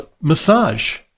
massage